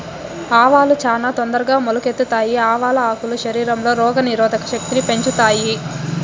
ఆవాలు చానా తొందరగా మొలకెత్తుతాయి, ఆవాల ఆకులు శరీరంలో రోగ నిరోధక శక్తిని పెంచుతాయి